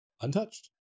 untouched